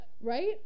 Right